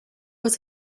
was